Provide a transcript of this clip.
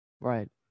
Right